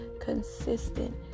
consistent